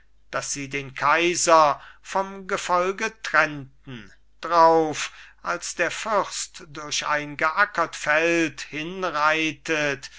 dass sie den kaiser vom gefolge trennten drauf als der fürst durch ein geackert feld